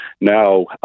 Now